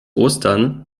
ostern